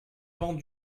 bancs